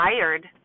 tired